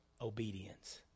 obedience